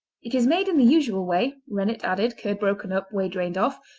it is made in the usual way, rennet added, curd broken up, whey drained off,